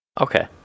Okay